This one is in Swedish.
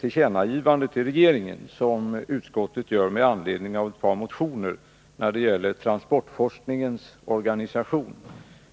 tillkännagivande till regeringen som utskottet gör med anledning av ett par motioner beträffande transportforskningens organisation.